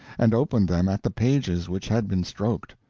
and opened them at the pages which had been stroked.